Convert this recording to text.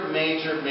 major